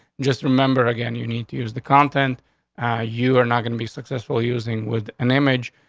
just remember again you need to use the content you are not gonna be successful using with an image.